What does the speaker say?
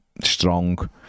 strong